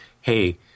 hey